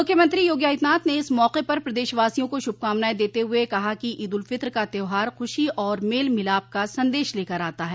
मुख्यमंत्री योगी आदित्यनाथ ने इस मौके पर प्रदेशवासियों को शुभकामनाएं देते हुए कहा कि ईद उल फितर का त्यौहार खुशी और मेल मिलाप का संदेश लेकर आता ह